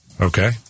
Okay